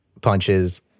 punches